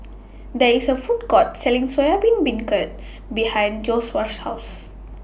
There IS A Food Court Selling Soya Bean Beancurd behind Joshuah's House